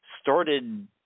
started